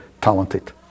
talented